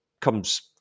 comes